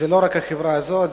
זה לא רק החברה הזאת,